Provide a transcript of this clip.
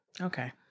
Okay